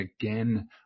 again